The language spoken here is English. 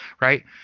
Right